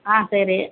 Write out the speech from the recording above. ஆ சரி